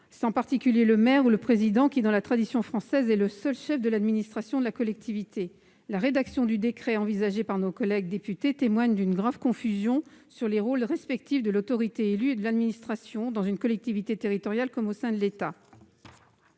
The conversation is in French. de département ou de région. Dans la tradition française, ces derniers sont les seuls chefs de l'administration de la collectivité. La rédaction du décret envisagé par nos collègues députés témoigne d'une grave confusion sur les rôles respectifs de l'autorité élue et de l'administration dans une collectivité territoriale comme au sein de l'État